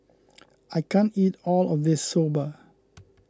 I can't eat all of this Soba